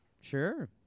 Sure